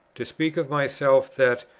to speak of myself, that,